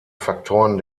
faktoren